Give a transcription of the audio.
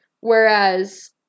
Whereas